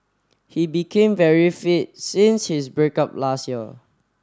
he became very fit since his break up last year